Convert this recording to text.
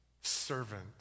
servant